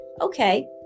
okay